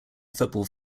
football